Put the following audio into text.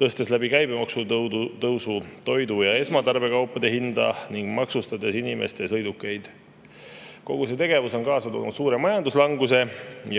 tõstes käibemaksu tõusu abil toidu ja esmatarbekaupade hinda ning maksustades inimeste sõidukeid. Kogu see tegevus on kaasa toonud suure majanduslanguse.